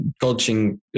coaching